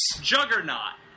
Juggernaut